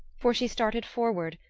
for she started forward,